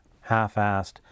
half-assed